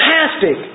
fantastic